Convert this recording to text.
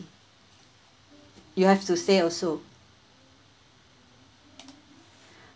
you have to say also